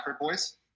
boys